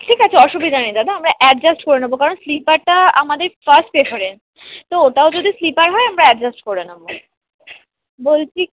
ঠিক আছে অসুবিধা নেই দাদা আমরা অ্যাডজাস্ট করে নেব কারণ স্লিপারটা আমাদের ফার্স্ট প্রেফারেন্স তো ওটাও যদি স্লিপার হয় আমরা অ্যাডজাস্ট করে নেব বলছি